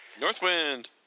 Northwind